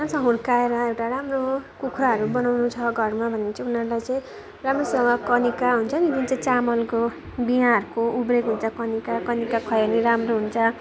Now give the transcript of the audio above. राम्रोसँग हुर्काएर एउटा राम्रो कुखुराहरू बनाउनु छ घरमा भने चाहिँ उनीहरूलाई चाहिँ राम्रोसँग कनिका हुन्छ नि जुन चाहिँ चामलको बियाँहरूको उब्रेको हुन्छ कनिका कनिका खुवायो भने राम्रो हुन्छ